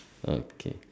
okay